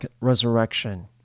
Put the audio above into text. resurrection